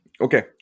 okay